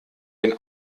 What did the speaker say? den